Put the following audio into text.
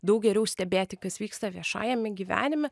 daug geriau stebėti kas vyksta viešajame gyvenime